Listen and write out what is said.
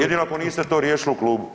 Jedino ako niste to riješili u klubu.